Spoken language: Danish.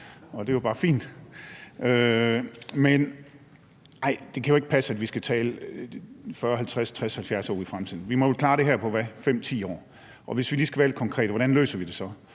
det er jo bare fint. Men nej, det kan jo ikke passe, at vi skal tale 40, 50, 60, 70 år ud i fremtiden. Vi må jo klare det her på – hvad? – 5-10 år. Og hvis vi lige skal være lidt konkrete, hvordan løser vi det så?